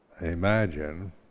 imagine